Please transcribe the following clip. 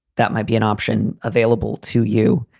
that might be an option available to you.